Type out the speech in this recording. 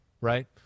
right